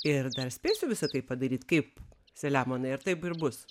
ir dar spėsiu visa tai padaryt kaip saliamonai ar taip ir bus